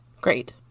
Great